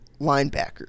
linebacker